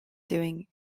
doing